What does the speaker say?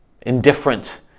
indifferent